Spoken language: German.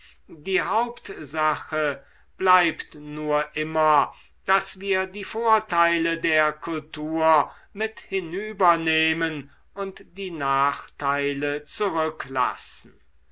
die hauptsache bleibt nur immer daß wir die vorteile der kultur mit hinübernehmen und die nachteile zurücklassen